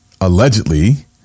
allegedly